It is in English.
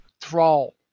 Thrall